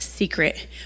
secret